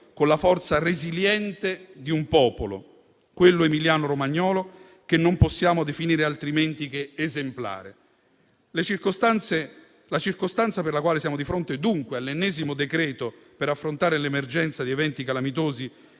con la forza resiliente di un popolo, quello emiliano-romagnolo, che non possiamo definire altrimenti che esemplare. La circostanza per la quale siamo di fronte, dunque, all'ennesimo decreto per affrontare l'emergenza di eventi calamitosi,